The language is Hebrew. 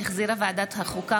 שהחזירה ועדת החוקה,